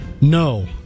No